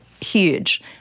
huge